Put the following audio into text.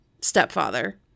stepfather